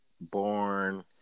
born